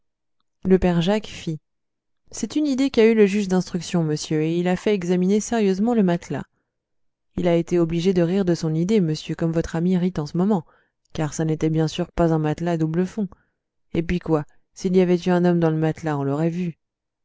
le père jacques fit c'est une idée qu'a eue le juge d'instruction monsieur et il a fait examiner sérieusement le matelas il a été obligé de rire de son idée monsieur comme votre ami rit en ce moment car ça n'était bien sûr pas un matelas à double fond et puis quoi s'il y avait eu un homme dans le matelas on l'aurait vu